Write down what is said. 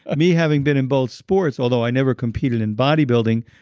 ah me having been in both sports, although i never competed in bodybuilding,